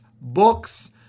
books